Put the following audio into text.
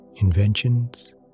inventions